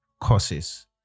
causes